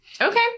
Okay